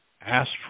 asked